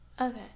okay